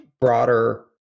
broader